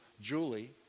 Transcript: Julie